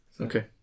Okay